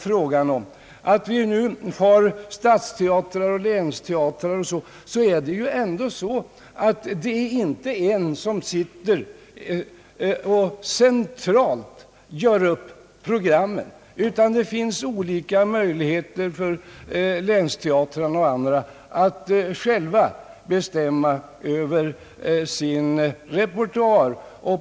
Beträffande programmen på de stadsteatrar och länsteatrar vi nu har bestäms inte dessa centralt av en person. Det finns olika möjligheter för dessa teatrar att själva bestämma över sin repertoar.